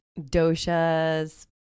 doshas